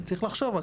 צריך לחשוב,